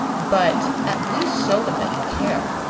but at least show them that you care.